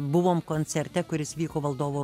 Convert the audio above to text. buvom koncerte kuris vyko valdovų